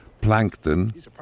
plankton